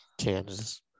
Kansas